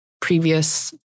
previous